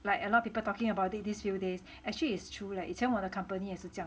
like a lot people talking about it this few days actually is true like 以前我的 company 也是讲